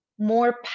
more